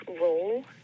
role